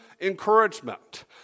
encouragement